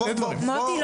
מוטי,